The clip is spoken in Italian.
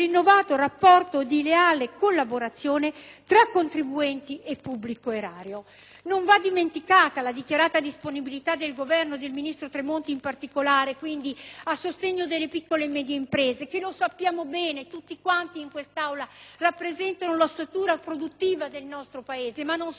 tra contribuenti e pubblico erario. Non va dimenticata la dichiarata disponibilità del Governo, e del ministro Tremonti in particolare, a sostegno delle piccole e medie imprese, che - lo sappiamo bene tutti in quest'Aula - rappresentano l'ossatura produttiva del nostro Paese. Non sono dimenticate: ci sarà un provvedimento fatto